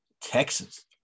Texas